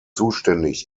zuständig